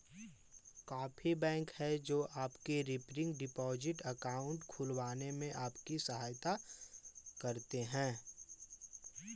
काफी बैंक हैं जो की रिकरिंग डिपॉजिट अकाउंट खुलवाने में आपकी सहायता करते हैं